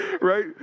Right